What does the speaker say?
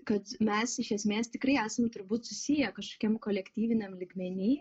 kad mes iš esmės tikrai esam turbūt susiję kažkokiam kolektyviniam lygmeny